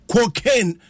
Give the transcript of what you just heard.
Cocaine